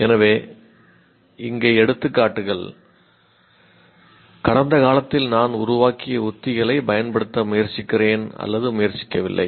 எனவே இங்கே எடுத்துக்காட்டுகள் கடந்த காலத்தில் நான் உருவாக்கிய உத்திகளைப் பயன்படுத்த முயற்சிக்கிறேன் முயற்சிக்கவில்லை